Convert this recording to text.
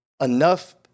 enough